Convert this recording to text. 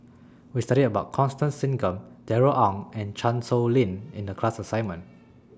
We studied about Constance Singam Darrell Ang and Chan Sow Lin in The class assignment